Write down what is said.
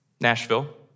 Nashville